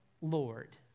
Lord